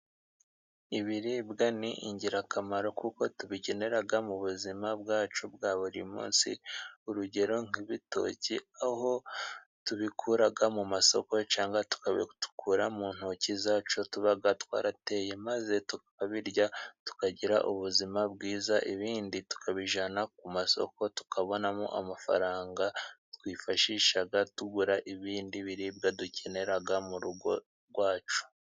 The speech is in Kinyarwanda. Ibiribwa ni ingirakamaro kuko tubikenera mu buzima bwacu bwa buri munsi ,urugero nk'ibitoki aho tubikura mu masoko cyangwa tukabikura mu ntoki zacu tuba twarateye maze tukabirya tukagira ubuzima bwiza, ibindi tukabijyana ku masoko tukabonamo amafaranga twifashisha tugura ibindi biribwa dukenera mu rugo rwacu.